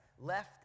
left